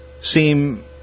seem